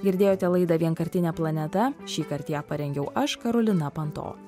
girdėjote laidą vienkartinė planeta šįkart ją parengiau aš karolina panto